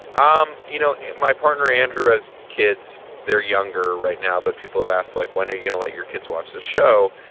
um you know, my partner andrew has kids. they're younger right now, but people have asked, like, when are you going to let your kids watch the show?